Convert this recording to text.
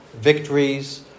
victories